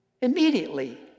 immediately